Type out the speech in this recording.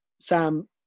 sam